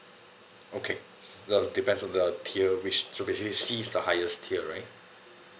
okay so that depends on the tier which so basically Cs the highest tier right